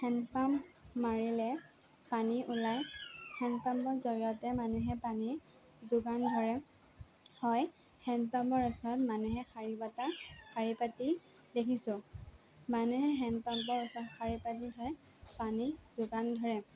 hand pump মাৰিলে পানী ওলায় হেণ্ডপাম্পৰ জড়িয়তে মানুহে পানী যোগান ধৰে হয় হেণ্ডপাম্পৰ ওচৰত মানুহে শাৰি পতা শাৰি পাতি দেখিছোঁ মানুহে হেণ্ডপাম্পৰ ওচৰত শাৰি পাতি থৈ পানী যোগান ধৰে